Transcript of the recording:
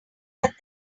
but